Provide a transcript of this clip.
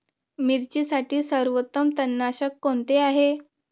मिरचीसाठी सर्वोत्तम तणनाशक कोणते आहे?